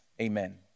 Amen